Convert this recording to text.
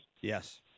Yes